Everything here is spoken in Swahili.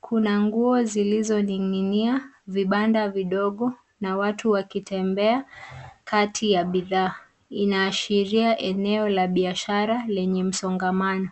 Kuna nguo zilizoning'inia, vibanda vidogo, na watu wakitembea kati ya bidhaa. Inaashiria eneo la biashara lenye msongamano.